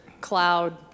cloud